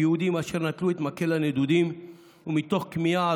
ביהודים אשר נטלו את מקל הנדודים ומתוך כמיהה